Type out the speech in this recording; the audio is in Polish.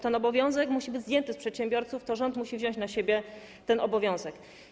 Ten obowiązek musi być zdjęty z przedsiębiorców, to rząd musi wziąć na siebie ten obowiązek.